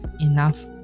enough